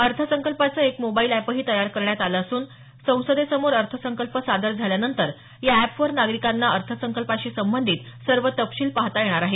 अर्थसंकल्पाचं एक मोबाईल एपही तयार करण्यात आलं असून संसदेसमोर अर्थसंकल्प सादर झाल्यानंतर या एपवर नागरिकांना अर्थसंकल्पाशी संबंधित सर्व तपशील पाहता येणार आहे